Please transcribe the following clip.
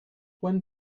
when